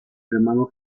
hermano